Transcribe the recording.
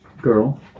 girl